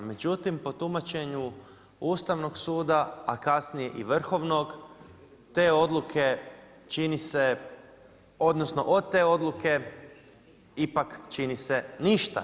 Međutim, po tumačenju Ustavnog suda, a kasnije i Vrhovnog te odluke čini se, odnosno od te odluke ipak čini se ništa.